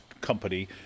company